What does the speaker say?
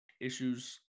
issues